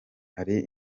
hari